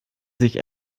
sich